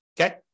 okay